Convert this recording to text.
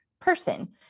person